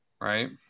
right